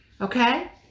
Okay